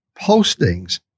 postings